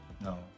No